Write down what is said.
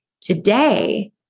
today